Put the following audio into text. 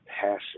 passion